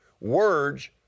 words